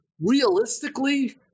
Realistically